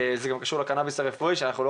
זה קשור גם לקנאביס הרפואי שאנחנו לא